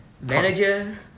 manager